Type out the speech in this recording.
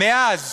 מאז